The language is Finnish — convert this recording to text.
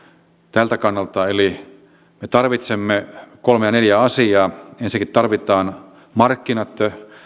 tältä kannalta me tarvitsemme kolmea neljää asiaa ensinnäkin tarvitaan markkinat